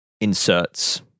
inserts